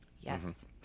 Yes